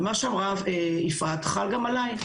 ומה שאמרה יפעת, חל גם עליי.